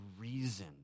reason